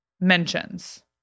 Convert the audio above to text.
mentions